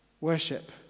Worship